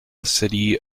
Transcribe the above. city